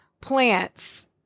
plants